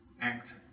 act